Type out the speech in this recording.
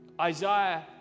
Isaiah